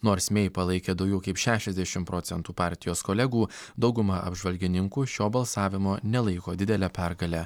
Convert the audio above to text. nors mei palaikė daugiau kaip šešiasdešim procentų partijos kolegų dauguma apžvalgininkų šio balsavimo nelaiko didele pergale